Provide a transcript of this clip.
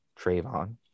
Trayvon